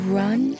run